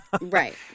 right